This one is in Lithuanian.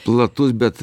platus bet